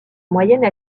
moyenne